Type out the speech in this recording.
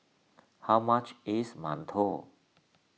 how much is Mantou